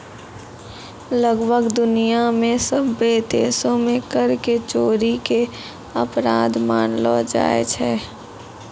लगभग दुनिया मे सभ्भे देशो मे कर के चोरी के अपराध मानलो जाय छै